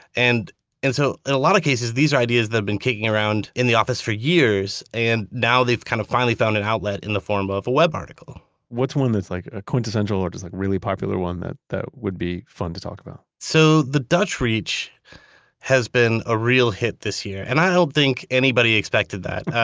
and and so, in a lot of cases, these are ideas that have been kicking around in the office for years. and now they've kind of finally found an outlet in the form ah of a web article what's one that's like a quintessential, or just like really popular one that that would be fun to talk about? so the dutch reach has been a real hit this year, and i don't think anybody expected that.